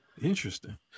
Interesting